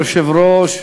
אדוני היושב-ראש,